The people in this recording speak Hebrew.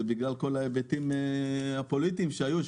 זה בגלל כל ההיבטים הפוליטיים שהיו,